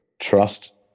Trust